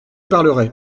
parlerai